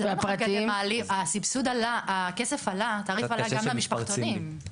התעריף עלה גם למשפחתונים,